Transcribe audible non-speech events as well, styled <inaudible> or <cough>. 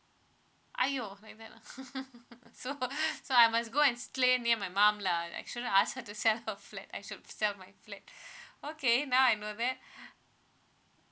!aiyo! like that ah <laughs> so so I must go and slay near my mum lah actually ask her to sell <laughs> her flat I should sell my flat <breath> okay now I know that <breath>